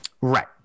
Right